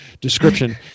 description